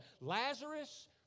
Lazarus